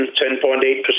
10.8%